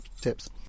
tips